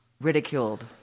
ridiculed